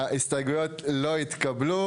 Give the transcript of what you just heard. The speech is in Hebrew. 4 ההסתייגות לא התקבלו.